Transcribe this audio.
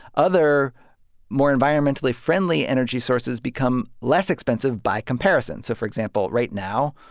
other more environmentally friendly energy sources become less expensive by comparison. so, for example, right now,